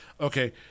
okay